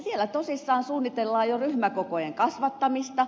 siellä tosissaan suunnitellaan jo ryhmäkokojen kasvattamista